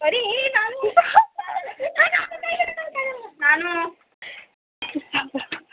अरे ए नानू नानू